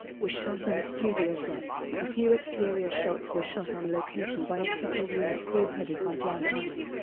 were shot on studio sets, a few exterior shots were shot on location by a second-unit crew headed by jan harlan.